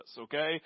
Okay